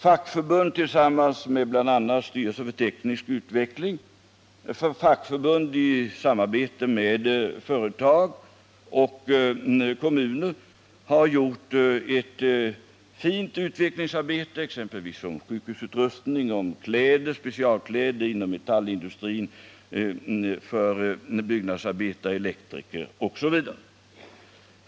Fackförbund tillsammans med bl.a. styrelsen för teknisk utveckling och i samarbete med företag och kommuner har gjort ett fint utvecklingsarbete i fråga om exempelvis sjukhusutrustning, specialkläder inom metallindustrin, för byggnadsarbetare och för elektriker osv.